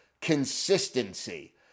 consistency